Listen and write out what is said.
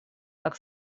как